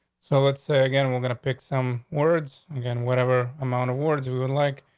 so let's say again, we're going to pick some words again whatever amount awards we would like.